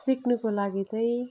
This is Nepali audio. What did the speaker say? सिक्नुको लागि चाहिँ